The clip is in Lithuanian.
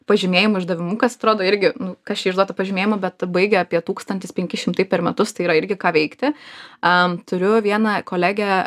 pažymėjimų išdavimu kas atrodo irgi nu kas čia išduot tą pažymėjimą bet baigia apie tūkstantis penki šimtai per metus tai yra irgi ką veikti aaa turiu vieną kolegę